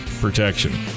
Protection